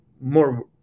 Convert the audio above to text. More